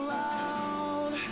loud